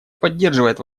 поддерживает